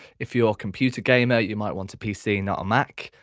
if you're a computer gamer you might want a pc not a mac.